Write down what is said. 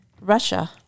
Russia